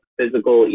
physical